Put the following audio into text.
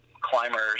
climbers